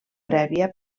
prèvia